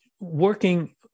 working